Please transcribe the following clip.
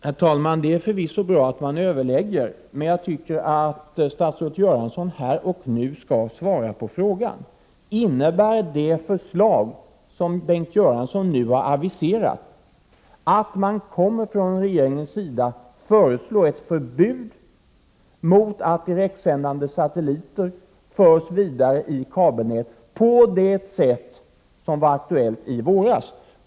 Herr talman! Det är förvisso bra att man överlägger, men jag tycker att statsrådet Göransson här och nu skall svara på frågan: Innebär det förslag som Bengt Göransson nu har aviserat att man från regeringens sida kommer att föreslå ett förbud mot att direktsändande satelliters program förs vidare i kabelnät på det sätt som var aktuellt i våras?